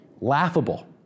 laughable